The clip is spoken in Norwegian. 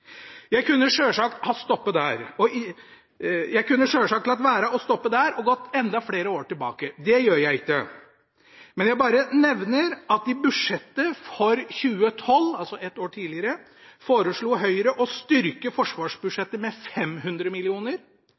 Jeg kunne selvsagt ha latt være å stoppe der og gått enda flere år tilbake. Det gjør jeg ikke. Men jeg bare nevner at i budsjettet for 2012, altså ett år tidligere, foreslo Høyre å styrke forsvarsbudsjettet med 500